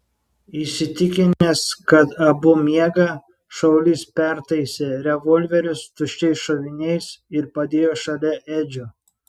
įsitikinęs kad abu miega šaulys pertaisė revolverius tuščiais šoviniais ir padėjo šalia edžio